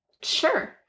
Sure